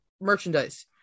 merchandise